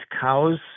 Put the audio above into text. cows